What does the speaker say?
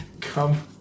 Come